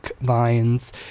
vines